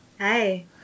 Hi